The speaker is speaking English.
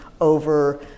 over